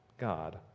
God